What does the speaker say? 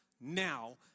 now